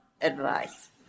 advice